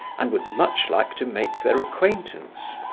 and would much like to make their acquaintance,